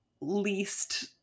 least